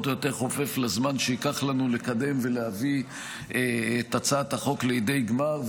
או יותר חופף לזמן שייקח לנו לקדם ולהביא את הצעת החוק לידי גמר,